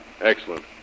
Excellent